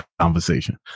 conversation